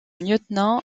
lieutenant